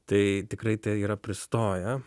tai tikrai tai yra pristoję